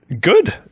good